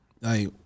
like-